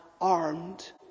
armed